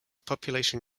population